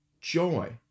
joy